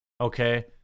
okay